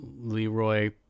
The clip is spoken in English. Leroy